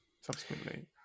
subsequently